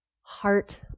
heart